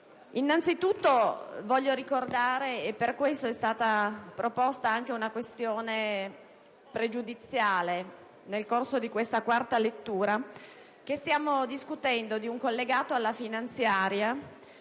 Innanzitutto, vorrei ricordare - e per questo era stata presentata una questione pregiudiziale nel corso di questa quarta lettura - che stiamo discutendo di un collegato alla manovra